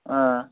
হ্যাঁ